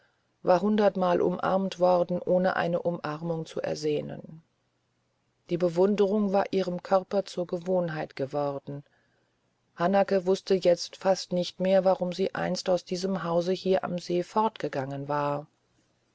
war hundertmal umarmt worden ohne eine umarmung zu ersehnen die bewunderung war ihrem körper zur gewohnheit geworden hanake wußte jetzt fast nicht mehr warum sie einst aus diesem hause hier am see fortgegangen war